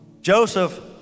Joseph